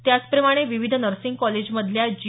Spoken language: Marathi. त्याचप्रमाणे विविध नसिँग कॉलेजमधल्या जी